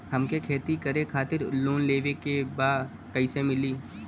हमके खेती करे खातिर लोन लेवे के बा कइसे मिली?